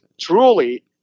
truly